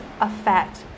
affect